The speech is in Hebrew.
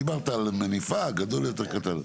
דיברת על מניפה, גדול יותר או קטן יותר.